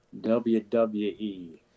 WWE